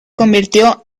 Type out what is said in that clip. convirtió